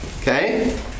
Okay